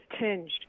Tinged